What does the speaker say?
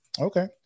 Okay